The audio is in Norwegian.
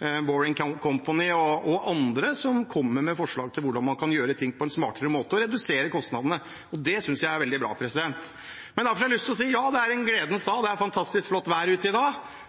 The Boring Company og andre som kommer med forslag til hvordan man kan gjøre ting på en smartere måte og redusere kostnadene. Og det synes jeg er veldig bra. Det er derfor jeg har lyst til å si at ja, det er en gledens dag – og det er et fantastisk flott vær ute i dag